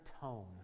tone